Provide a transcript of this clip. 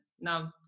now